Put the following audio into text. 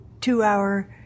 two-hour